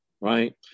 Right